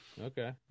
Okay